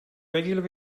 regular